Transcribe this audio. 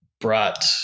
brought